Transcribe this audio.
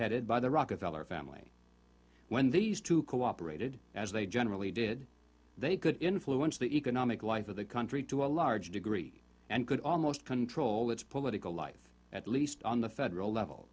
headed by the rockefeller family when these two cooperated as they generally did they could influence the economic life of the country to a large degree and could almost control its political life at least on the federal level